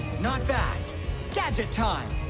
not bad gadget time